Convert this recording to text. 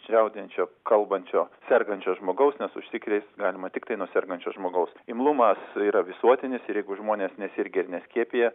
čiaudinčio kalbančio sergančio žmogaus nes užsikrėsti galima tiktai nuo sergančio žmogaus imlumas yra visuotinis ir jeigu žmonės nesirgę neskiepija